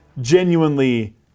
genuinely